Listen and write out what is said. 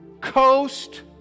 coast